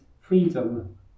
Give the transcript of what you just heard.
freedom